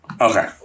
Okay